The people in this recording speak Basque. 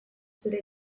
zure